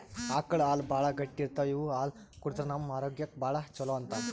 ಆಕಳ್ ಹಾಲ್ ಭಾಳ್ ಗಟ್ಟಿ ಇರ್ತವ್ ಇವ್ ಹಾಲ್ ಕುಡದ್ರ್ ನಮ್ ಆರೋಗ್ಯಕ್ಕ್ ಭಾಳ್ ಛಲೋ ಅಂತಾರ್